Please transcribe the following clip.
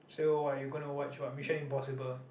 so what you gonna to watch what Mission-Impossible